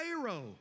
Pharaoh